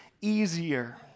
easier